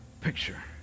picture